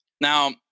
Now